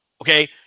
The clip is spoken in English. Okay